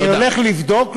אני הולך לבדוק.